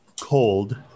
Cold